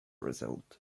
result